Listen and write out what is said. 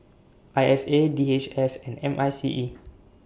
I S A D H S and M I C E